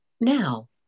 now